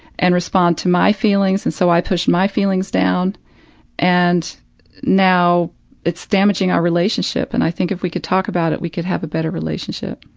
and respond to my feelings and so i pushed my feelings down and now it's damaging our relationship and i think if we could talk about it we could have a better relationship.